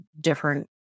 different